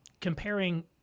comparing